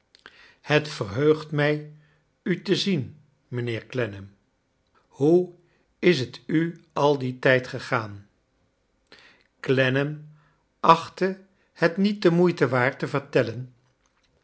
het verheugt mij u te zien mrjnheer clennam hoe is t u al dien trjd gegaan clennam achtte het niet de moeite waard te vertellen